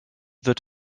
wird